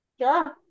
Sure